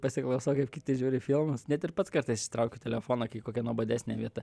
pasiklausau kaip kiti žiūri filmus net ir pats kartais išsitraukiu telefoną kai kokia nuobodesnė vieta